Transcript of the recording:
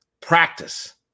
practice